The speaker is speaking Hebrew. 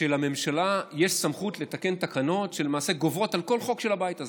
שלממשלה יש סמכות לתקן תקנות שלמעשה גוברות על כל חוק של הבית הזה.